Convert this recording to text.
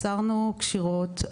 אסרנו קשירות,